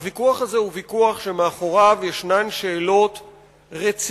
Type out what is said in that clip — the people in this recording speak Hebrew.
הוויכוח הזה הוא ויכוח שמאחוריו יש שאלות רציניות,